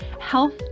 health